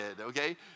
okay